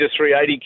380